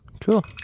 Cool